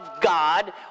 God